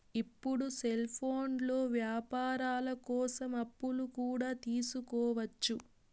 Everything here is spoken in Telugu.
ఇప్పుడు సెల్ఫోన్లో వ్యాపారాల కోసం అప్పులు కూడా తీసుకోవచ్చు